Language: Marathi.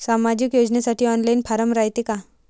सामाजिक योजनेसाठी ऑनलाईन फारम रायते का?